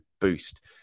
boost